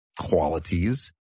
qualities